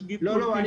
יש גידול טבעי.